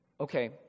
Okay